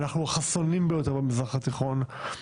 ואנחנו החסונים ביותר במזרח התיכון.